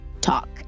talk